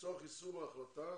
לצורך יישום ההחלטה